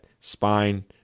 spine